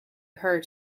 her